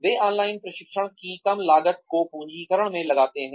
वे online प्रशिक्षण की कम लागत को पूंजीकरण में लगे हैं